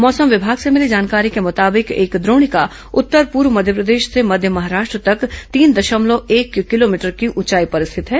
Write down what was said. मौसम विभाग से मिली जानकारी के मुताबिक एक द्रोणिका उत्तर पूर्व मध्यप्रदेश से मध्य महाराष्ट्र तक तीन दशमलव एक किलोमीटर ऊंचाई पर स्थित है